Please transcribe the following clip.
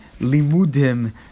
Limudim